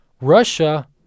Russia